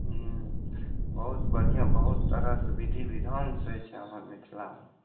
हँ बहुत बढ़िआँ बहुत तरहसँ विधि विधानसँ होइत छै हमर मिथिलामे